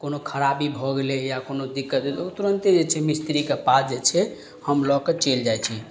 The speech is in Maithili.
कोनो खराबी भऽ गेलय या कोनो दिक्कत भेल ओ तुरन्ते जे छै मिस्त्रीके पास जे छै हम लअ कऽ चलि जाइ छी